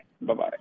bye-bye